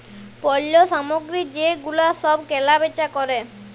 পল্য সামগ্রী যে গুলা সব কেলা বেচা ক্যরে